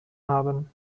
haben